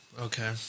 Okay